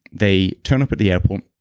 they turn up at the airport,